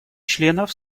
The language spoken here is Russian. членов